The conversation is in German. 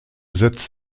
setzt